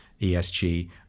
esg